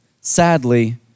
sadly